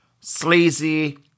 sleazy